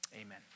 amen